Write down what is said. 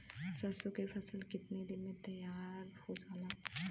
सरसों की फसल कितने दिन में तैयार हो जाला?